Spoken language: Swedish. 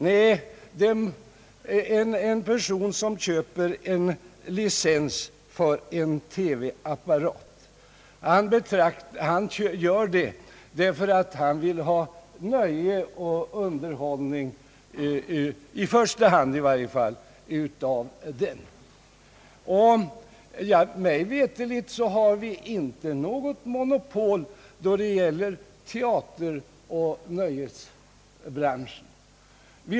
Nej, en person som köper en licens för att få ha en TV-apparat gör det i första han för att han vill ha nöje och underhållning. Mig veterligt har vi inte något monopol då det gäller teateroch nöjesbranschen.